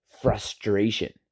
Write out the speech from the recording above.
frustration